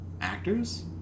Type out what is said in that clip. actors